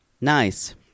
Nice